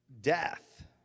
death